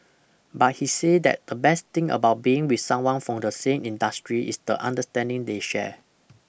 but he say that the best thing about being with someone from the same industry is the understanding they share